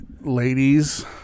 ladies